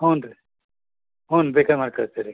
ಹ್ಞೂ ರೀ ಹ್ಞೂ ಬೇಕಾರೆ ಮಾಡಿ ಕಳಿಸ್ತೇವೆ ರೀ